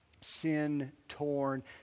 sin-torn